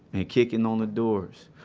and kicking on the doors.